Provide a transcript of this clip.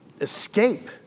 escape